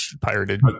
pirated